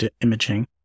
imaging